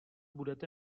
budete